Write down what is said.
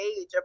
age